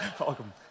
Welcome